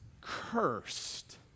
cursed